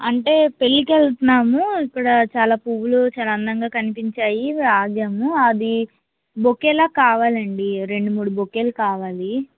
అంటే పెళ్ళికి వెళ్తున్నాము అక్కడ చాలా పూలు చాలా అందంగా కనిపించాయి ఆగాము అది బొకేలాగా కావాలి అండి రెండు మూడు బొకేలు కావాలి